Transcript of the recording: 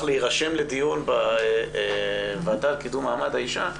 להירשם לדיון בוועדה לקידום מעמד האישה.